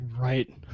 Right